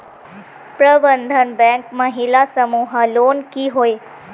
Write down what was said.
प्रबंधन बैंक महिला समूह लोन की होय?